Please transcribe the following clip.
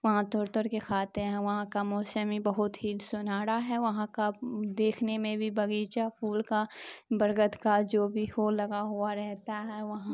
وہاں توڑ توڑ کے کھاتے ہیں وہاں کا موسم بھی بہت ہی سنہرا ہے وہاں کا دیکھنے میں بھی باغیچہ پھول کا برگت کا جو بھی ہو لگا ہوا رہتا ہے وہاں